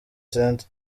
centre